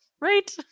Right